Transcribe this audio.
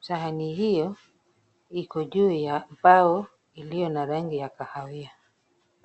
Sahani hiyo iko juu ya bao iliyo na rangi ya kahawia.